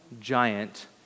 Giant